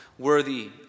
worthy